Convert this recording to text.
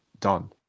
done